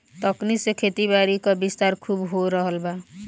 तकनीक से खेतीबारी क विस्तार खूब हो रहल बा